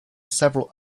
several